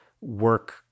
work